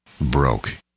broke